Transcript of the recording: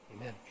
Amen